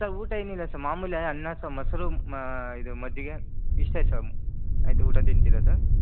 sir ಊಟ ಏನಿಲ್ಲ sir ಮಾಮೂಲಿ ಅನ್ನ ಸಾ ಮೊಸರು ಇದು ಮಜ್ಜಿಗೆ ಇಷ್ಟೇ ಸರ್ ಆಯಿತು ಊಟ ತಿಂತಿರೋದು